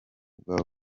bwa